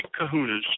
kahunas